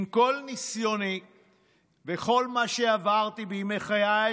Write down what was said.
עם כל ניסיוני וכל מה שעברתי בימי חיי,